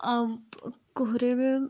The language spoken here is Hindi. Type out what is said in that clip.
और कोहरे में